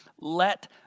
let